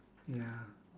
ya